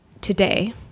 today